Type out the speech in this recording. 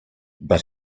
but